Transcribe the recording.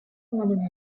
amendement